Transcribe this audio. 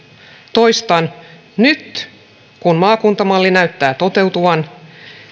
toistan nyt kun maakuntamalli näyttää toteutuvan